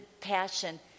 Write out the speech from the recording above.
passion